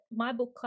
mybookclub